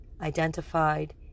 identified